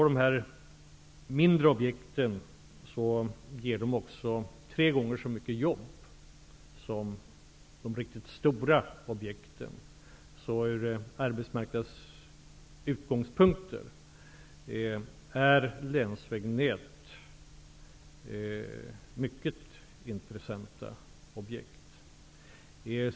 De mindre objekten ger också tre gånger så många jobb som de riktigt stora objekten. Så ur arbetsmarknadssynvinkel är länsvägnät mycket intressanta objekt.